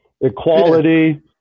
equality